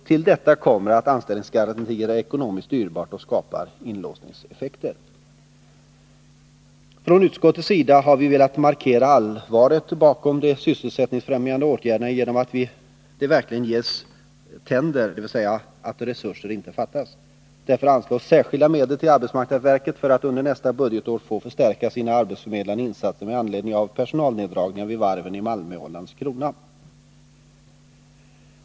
Till detta kommer att anställningsgarantier är ekonomiskt dyrbara och skapar inlåsningseffekter. Från utskottets sida har vi velat markera allvaret bakom de sysselsättningsfrämjande åtgärderna genom att se till att de verkligen ges ”tänder”, dvs. att resurser inte fattas. Därför föreslås särskilda medel till arbetsmark Nr 155 nadsverket för att man nästa år skall kunna förstärka sina arbetsförmedlande insatser med anledning av personalneddragningarna vid varven i Malmö och Landskrona.